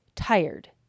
Tired